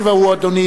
וזה דיון בפני עצמו,